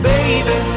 Baby